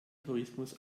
tourismus